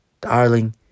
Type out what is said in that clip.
Darling